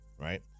right